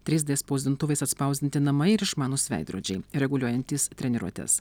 trys d spausdintuvais atspausdinti namai ir išmanūs veidrodžiai reguliuojantys treniruotes